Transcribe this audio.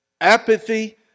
Apathy